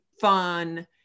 fun